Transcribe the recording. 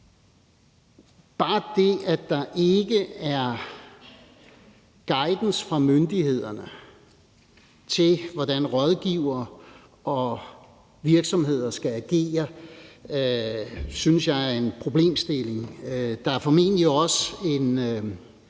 Bare det, at der ikke er guidance fra myndighederne til, hvordan rådgivere og virksomheder skal agere, synes jeg er en problemstilling. Der er formentlig også en